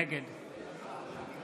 נגד